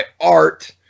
art